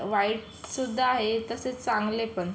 वाईटसुद्धा आहे तसेच चांगले पण